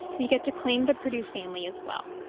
we get to claim the purdue family as well.